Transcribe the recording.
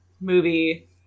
movie